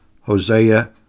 Hosea